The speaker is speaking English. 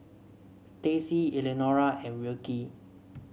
Stacie Elenora and Wilkie